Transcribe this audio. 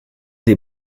des